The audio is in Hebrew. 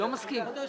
כבוד היושב-ראש,